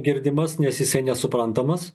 girdimas nes jisai nesuprantamas